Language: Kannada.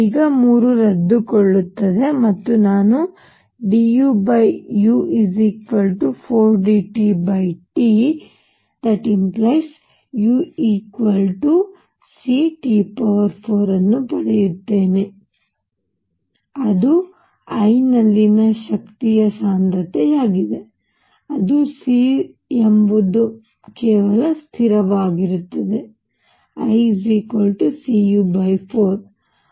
ಈ 3 ರದ್ದುಗೊಳ್ಳುತ್ತದೆ ಮತ್ತು ನಾನು duu4dTT⇒ucT4 ಅನ್ನು ಪಡೆಯುತ್ತೇನೆ ಮತ್ತು ಅದು I ನಲ್ಲಿನ ಶಕ್ತಿಯ ಸಾಂದ್ರತೆಯಾಗಿದೆ ಅದು c ಎಂಬುದು ಕೆಲವು ಸ್ಥಿರವಾಗಿರುತ್ತದೆ Icu4